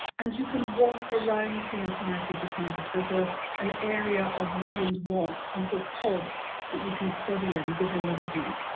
and you can walk around the entirety of the campus. there's ah an area of woodland walk, and little pods that you can study in within the woodlands.